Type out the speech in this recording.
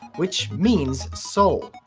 which means soul.